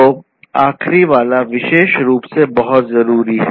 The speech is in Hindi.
तो आखिरी वाला विशेष रूप से बहुत ज़रूरी है